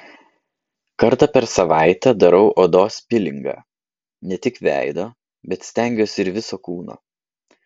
kartą per savaitę darau odos pilingą ne tik veido bet stengiuosi ir viso kūno